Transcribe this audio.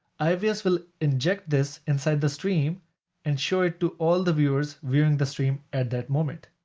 ivs will inject this inside the stream and show it to all the viewers viewing the stream at that moment.